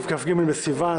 כ"ג בסיוון,